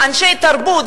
אנשי תרבות,